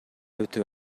өтүп